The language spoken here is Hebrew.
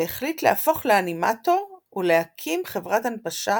והחליט להפוך לאנימטור ולהקים חברת הנפשה